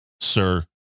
Sir